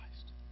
Christ